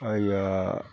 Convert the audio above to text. आयया